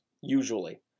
usually